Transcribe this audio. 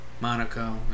Monaco